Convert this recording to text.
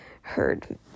heard